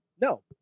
No